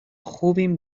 خوبیم